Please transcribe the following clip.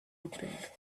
opened